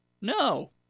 no